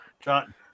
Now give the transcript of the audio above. John